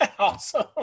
awesome